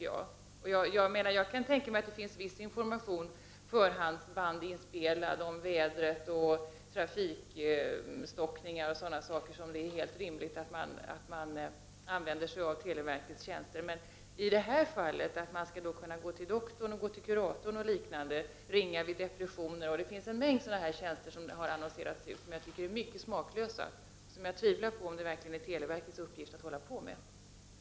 Jag kan tänka mig att det finns viss information, förhandsinspelade band om vädret, trafikstockningar och annat, där det är rimligt att man använder sig av televerkets tjänster. Men att som i det här fallet kunna gå till doktorn, kuratorn, ringa vid depression eller anlita någon av alla de andra smaklösa tjänster som utannonserats anser jag vara mycket smaklöst. Jag tvivlar på att det verkligen är televerkets uppgift att tillhandahålla den här typen av tjänster.